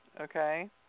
okay